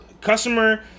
customer